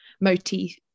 motif